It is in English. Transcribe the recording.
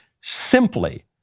simply